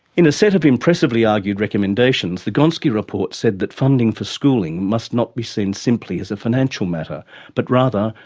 in a set of impressively argued recommendations, the gonski report said that funding for schooling must not be seen simply as a financial matter but, rather,